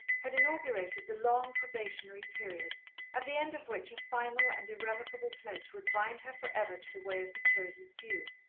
had inaugurated the long probationary period at the end of which a final and irrevocable pledge would bind her for ever to the way of the chosen few.